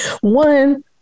One